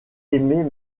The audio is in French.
aimait